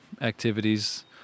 activities